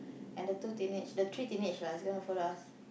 and the two teenage the three teenage lah is gonna follow us